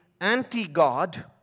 anti-God